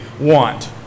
want